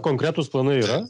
konkretūs planai yra